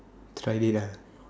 tried it ah